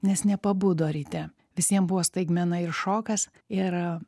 nes nepabudo ryte visiem buvo staigmena ir šokas ir